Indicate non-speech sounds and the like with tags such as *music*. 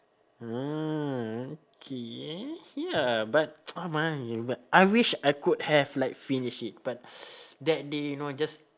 ah okay ya but *noise* oh my but I wish I could have like finish it but *noise* that day you know just